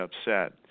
upset